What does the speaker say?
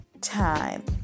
time